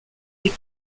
les